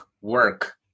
Work